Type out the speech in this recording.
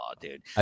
dude